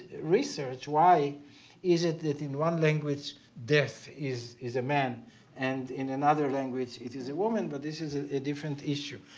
why is it that in one language death is is a man and in another language it is a woman? but this is ah a different issue.